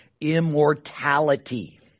immortality